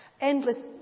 Endless